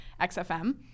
XFM